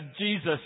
Jesus